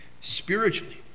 spiritually